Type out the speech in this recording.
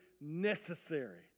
necessary